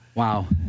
wow